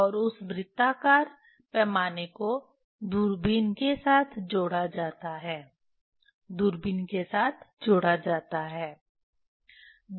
और उस वृत्ताकार पैमाने को दूरबीन के साथ जोड़ा जाता है दूरबीन के साथ जोड़ा जाता है